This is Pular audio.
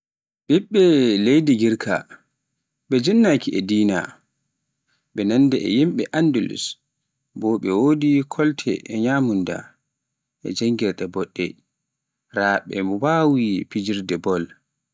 ɓiɓɓe leydi Girka ɓe jinnaki e dina, ɓe nannda e yimɓe Andulus bo ɓe wodi kolte e nyamunda e janngirde boɗɗe raa be mbawi fijirde bol.